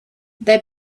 they